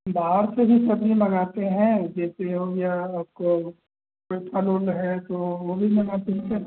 बाहर से भी सब्ज़ी मँगाते हैं जैसे हो गया आपको कोई फल उल है तो वह भी मँगाते हैं क्या